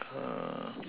uh